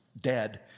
dead